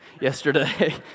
yesterday